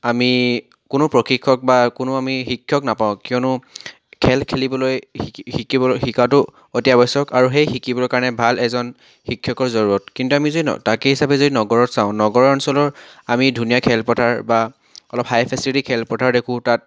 আমি কোনো প্ৰশিক্ষক বা কোনো আমি শিক্ষক নাপাওঁ কিয়নো খেল খেলিবলৈ শিকাটো অতি আৱশ্যক আৰু সেই শিকিবৰ কাৰণে ভাল এজন শিক্ষকৰ জৰুৰত কিন্তু আমি যদি তাকেই হিচাপে যদি নগৰত চাওঁ নগৰ অঞ্চলৰ আমি ধুনীয়া খেলপথাৰ বা অলপ হাই ফেচিলিটি খেলপথাৰ দেখোঁ তাত দেখোঁ তাত